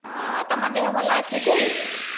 ତମ ଦେହ ଭଲ ଅଛି ଟି